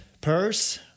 Purse